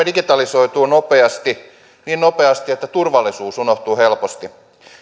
digitalisoituu nopeasti niin nopeasti että turvallisuus unohtuu helposti